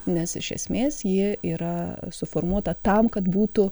nes iš esmės ji yra suformuota tam kad būtų